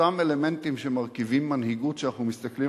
אותם אלמנטים שמרכיבים מנהיגות שאנחנו מסתכלים